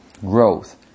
growth